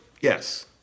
Yes